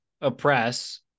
oppress